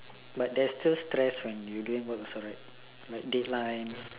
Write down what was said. but there's still stress when you doing work also right like deadlines